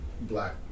black